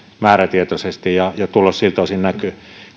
määrätietoisesti ja ja tulos siltä osin näkyy